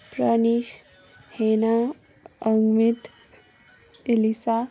Pranish Hena Amit Elisa